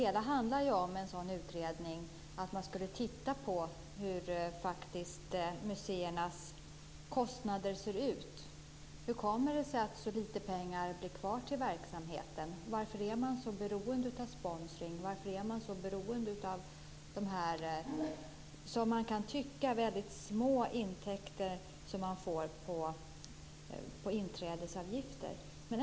En sådan utredning skulle handla om att man tittar på hur museernas kostnader faktiskt ser ut. Hur kommer det sig att så lite pengar blir kvar till verksamheten? Varför är man så beroende av sponsring? Varför är man så beroende av dessa som vi kan tycka väldigt små intäkter som man får genom inträdesavgifter?